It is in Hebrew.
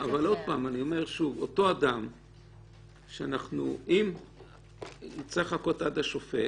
אבל אני אומר שוב אם צריך לחכות עד השופט